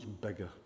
bigger